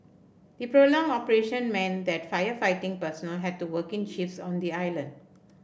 the prolonged operation meant that firefighting personnel had to work in shifts on the island